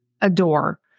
adore